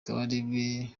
kabarebe